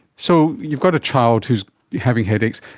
so you've got a child who is having headaches,